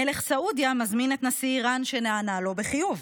מלך סעודיה מזמין את נשיא איראן, שנענה לו בחיוב,